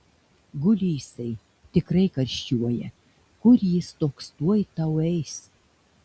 guli jisai tikrai karščiuoja kur jis toks tuoj tau eis